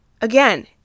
Again